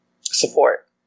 support